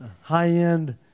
high-end